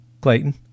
Clayton